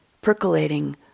percolating